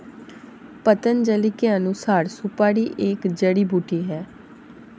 पतंजलि के अनुसार, सुपारी एक जड़ी बूटी है